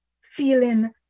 feeling